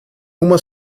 uma